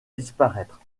disparaître